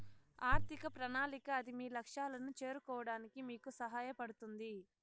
ఆర్థిక ప్రణాళిక అది మీ లక్ష్యాలను చేరుకోవడానికి మీకు సహాయపడుతుంది